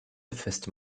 feste